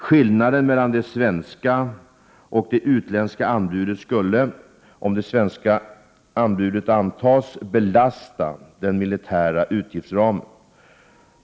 Skillnaden mellan det svenska och det utländska anbudet skulle, om det svenska anbudet antas, belasta den militära utgiftsramen.